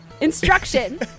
instruction